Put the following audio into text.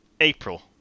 April